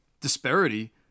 disparity